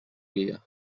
guia